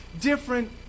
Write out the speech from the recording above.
different